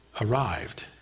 arrived